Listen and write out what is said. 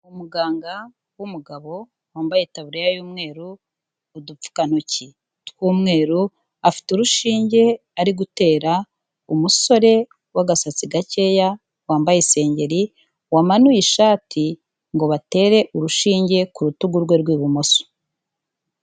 Umuganga w'umugabo wambaye itaburiya y'umweru, udupfukantoki tw'umweru, afite urushinge ari gutera umusore w'agasatsi gakeya, wambaye isengeri, wamanuye ishati ngo batere urushinge ku rutugu rwe rw'ibumoso.